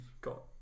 got